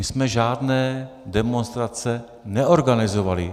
My jsme žádné demonstrace neorganizovali.